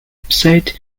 episode